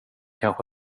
kanske